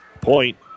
Point